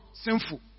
sinful